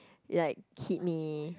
like kidney